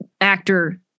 actor